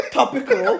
topical